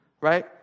Right